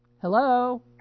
Hello